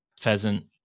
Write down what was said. Pheasant